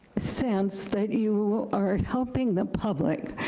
sense that you are helping the public.